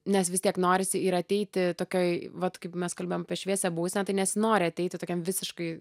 nes vis tiek norisi ir ateiti tokioj vat kaip mes kalbėjom apie šviesią būseną tai nesinori ateiti tokiam visiškai